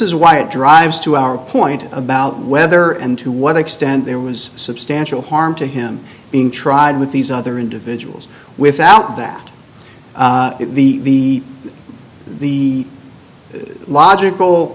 is why it drives to our point about whether and to what extent there was substantial harm to him being tried with these other individuals without that the the logical